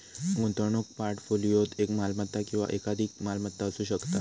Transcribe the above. गुंतवणूक पोर्टफोलिओत एक मालमत्ता किंवा एकाधिक मालमत्ता असू शकता